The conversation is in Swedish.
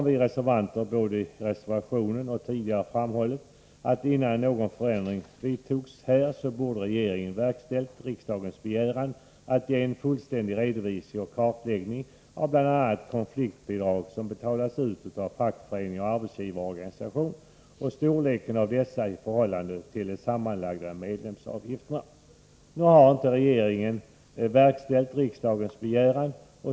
Vi reservanter har både i reservationen och tidigare framhållit att regeringen borde ha verkställt riksdagens begäran att få en fullständig redovisning av bl.a. de konfliktbidrag som betalas ut av fackföreningar och arbetsgivarorganisationer samt en kartläggning av storleken av dessa i förhållande till de samlade medlemsavgifterna, innan någon ändring vidtogs. Nu har inte regeringen verkställt riksdagens begäran.